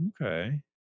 Okay